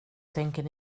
tänker